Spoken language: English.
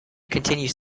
continues